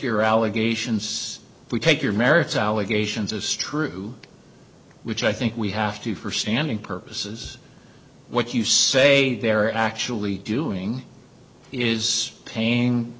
your allegations we take your merits allegations astrue which i think we have to for standing purposes what you say they're actually doing is paying